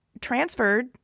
transferred